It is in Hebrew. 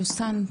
יוסן,